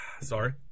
Sorry